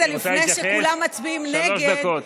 לפני שכולם מצביעים נגד,